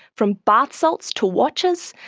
from bath salts to watches,